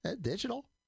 Digital